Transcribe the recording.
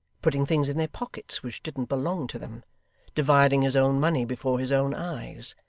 putting things in their pockets which didn't belong to them dividing his own money before his own eyes,